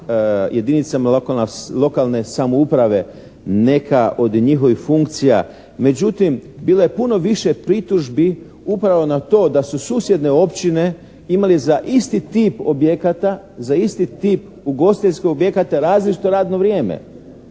jedinicama lokalne samouprave neka od njihovih funkcija međutim bilo je puno više pritužbi upravo na to da su susjedne općine imale za isti tip objekata, za isti tip ugostiteljskog objekata različito radno vrijeme